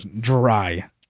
Dry